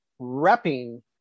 repping